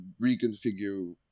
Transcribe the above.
reconfigure